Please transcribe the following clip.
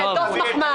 כאל "דוס מחמד".